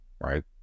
right